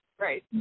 right